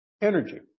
energy